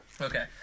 Okay